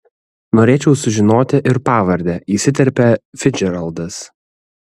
norėčiau sužinoti ir pavardę įsiterpia ficdžeraldas